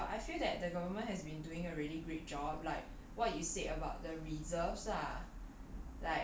uh comments but I feel that the government has been doing a really great job like what you said about the reserves lah